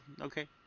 okay